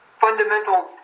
fundamental